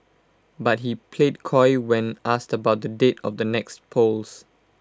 but he played coy when asked about the date of the next polls